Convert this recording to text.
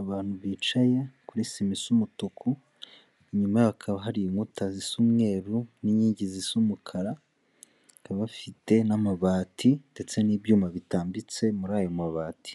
Abantu bicaye kuri sima isa umutuku, inyuma yaho hakaba hari inkuta zisa umweru n'inkingi zisa umukara, bakaba bafite n'amabati ndetse n'ibyuma bitambitse muri ayo mabati,